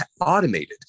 automated